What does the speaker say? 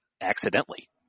accidentally